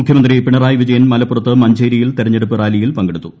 മുഖ്യമന്ത്രി പിണറായി വിജ്യൂൻ മലപ്പുറത്ത് മഞ്ചേരിയിൽ തെരഞ്ഞെടുപ്പ് റാലിയിൽ ് പ്പങ്കെടുത്തു